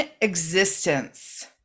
existence